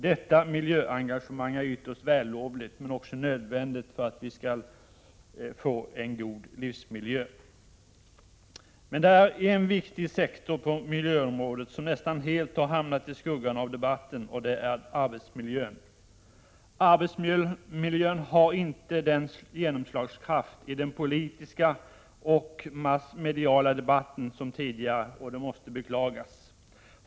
Detta miljöengagemang är ytterst vällovligt men också nödvändigt för att vi skall få en god livsmiljö. Men det är en viktig sektor på miljöområdet som nästan helt har hamnat i skuggan av debatten, och det är arbetsmiljön. Arbetsmiljön har inte den genomslagskraft i den politiska och massmediala debatten som tidigare, och det måste beklagas.